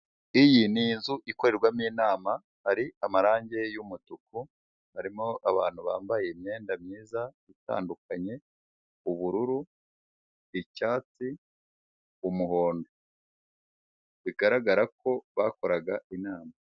Iyi ni inzu ikorerwamo inama hari amarangi y'umutuku, harimo abantu bambaye imyenda myiza itandukanye, ubururu icyatsi, umuhondo bigaragara ko bakoraga inama.